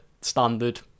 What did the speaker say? standard